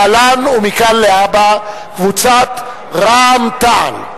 להלן: קבוצת סיעת רע"ם-תע"ל,